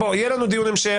בוא, יהיה לנו דיון המשך.